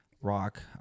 rock